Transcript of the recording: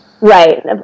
Right